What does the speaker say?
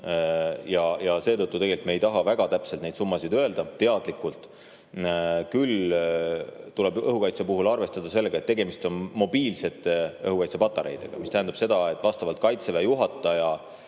ja seetõttu me ei taha väga täpselt neid summasid öelda, teadlikult. Küll tuleb õhukaitse puhul arvestada sellega, et tegemist on mobiilsete õhukaitsepatareidega. See tähendab seda, et vastavalt Kaitseväe juhataja